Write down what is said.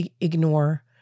ignore